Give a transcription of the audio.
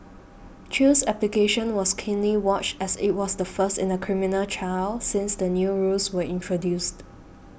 chew's application was keenly watched as it was the first in a criminal trial since the new rules were introduced